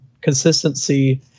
Consistency